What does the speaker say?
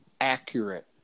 accurate